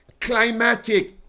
climatic